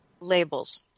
labels